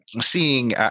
seeing